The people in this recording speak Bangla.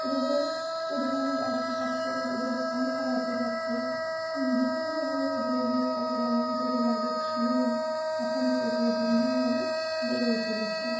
রোগের পরিমাণও বাড়তে থাকছে রোগের সংখ্যা বাড়তে থাকছে বিভিন্ন ধরনের রোগের সংক্রমণ যেগুলো আগে ছিল না এখন সেগুলো দিন দিন যেন বেড়েই চলেছে